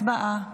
הצבעה.